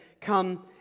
come